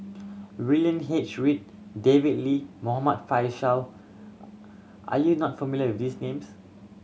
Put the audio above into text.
William H Read David Lee Muhammad Faishal are you not familiar with these names